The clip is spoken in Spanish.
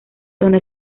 zona